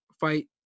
fight